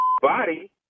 body